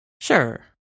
Sure